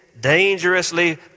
dangerously